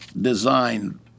designed